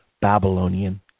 Babylonian